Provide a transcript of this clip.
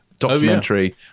documentary